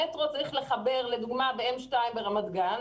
המטרו צריך לחבר לדוגמה M2 ברמת גן,